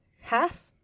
half